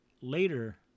later